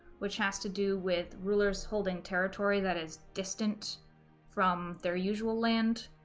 which has to do with rulers holding territory that is distant from their usual land.